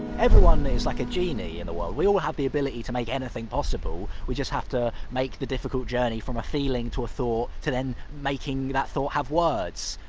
everyone is like a genie in the world we all have the ability to make anything possible. we just have to make the difficult journey from a feeling, to a thought, to then, making that thought have words.